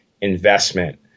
investment